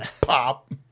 Pop